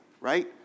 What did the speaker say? right